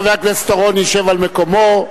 חבר הכנסת אורון ישב על מקומו,